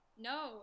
no